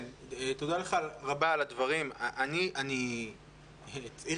תודה רבה לך על הדברים.